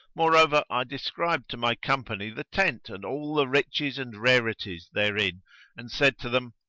moreover, i described to my company the tent and all the riches and rarities therein and said to them,